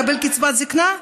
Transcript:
מקבל קצבת זקנה?